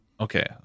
okay